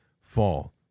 fall